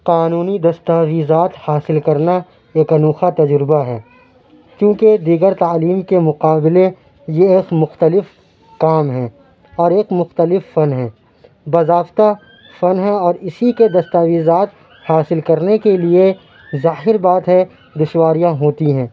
قانونی دستاویزات حاصل کرنا ایک انوکھا تجربہ ہے کیوں کہ دیگر تعلیم کے مقابلے یہ ایک مختلف کام ہیں اور ایک مختلف فن ہیں باضابطہ فن ہے اور اِسی کے دستاویزات حاصل کرنے کے لیے ظاہر بات ہے دشواریاں ہوتی ہیں